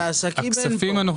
כי עסקים אין פה.